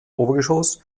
obergeschoss